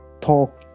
talk